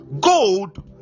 gold